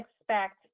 expect